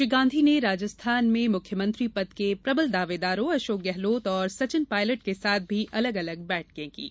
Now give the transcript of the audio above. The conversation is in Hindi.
श्री गांधी ने राजस्थान में मुख्यमंत्री पद के प्रबल दावेदारों अशोक गहलोत और सचिन पायलट के साथ भी अलग अलग बैठकें कीं